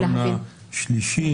אבל הקריטריון השלישי,